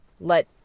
let